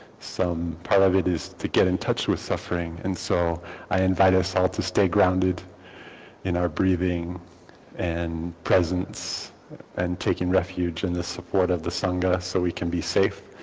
some part of it is to get in touch with suffering. and so i invite us all to stay grounded in our breathing and presence and taking refuge in the support of the sangha so we can be safe.